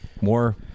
More